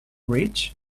rich